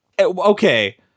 Okay